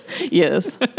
Yes